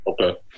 Okay